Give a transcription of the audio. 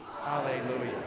Hallelujah